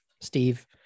steve